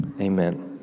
Amen